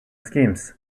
schemes